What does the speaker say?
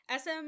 SM